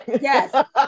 Yes